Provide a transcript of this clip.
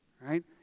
right